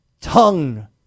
Tongue